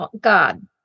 God